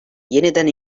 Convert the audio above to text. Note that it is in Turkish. yeniden